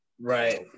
Right